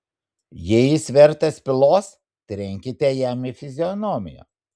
jei jis vertas pylos trenkite jam į fizionomiją